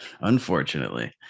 unfortunately